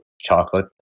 chocolate